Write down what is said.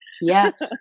Yes